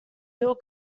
bill